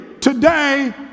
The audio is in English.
today